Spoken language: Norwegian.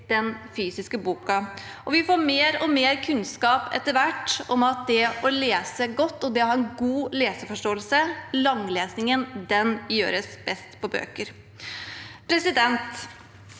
den fysiske boken. Vi får etter hvert også mer og mer kunnskap om det å lese godt og det å ha en god leseforståelse. Langlesingen gjøres best med bøker. Dette